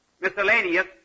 Miscellaneous